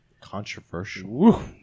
controversial